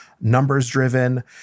numbers-driven